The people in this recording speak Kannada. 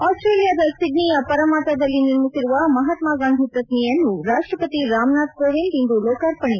ಆಸ್ತೇಲಿಯಾದ ಸಿಡ್ಡಿಯ ಪರಮಾಟದಲ್ಲಿ ನಿರ್ಮಿಸಿರುವ ಮಹಾತ್ಮ ಗಾಂಧಿ ಪ್ರತಿಮೆಯನ್ನು ರಾಷ್ಟ ಪತಿ ರಾಮನಾಥ್ ಕೋವಿಂದ್ ಇಂದು ಲೋಕಾರ್ಪಣೆ